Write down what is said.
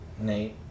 Nate